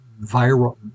viral